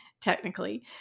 technically